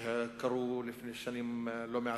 שקרו לפני שנים לא מעטות.